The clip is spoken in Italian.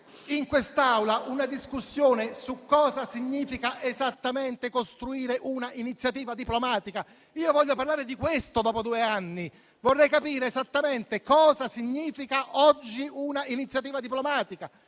in quest'Aula una discussione su cosa significa esattamente costruire una iniziativa diplomatica? Voglio parlare di questo dopo due anni. Vorrei capire esattamente cosa significa oggi una iniziativa diplomatica.